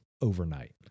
overnight